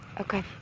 Okay